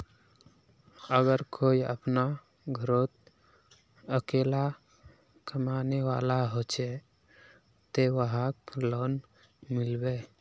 अगर कोई अपना घोरोत अकेला कमाने वाला होचे ते वहाक लोन मिलबे?